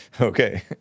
Okay